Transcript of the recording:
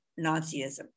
Nazism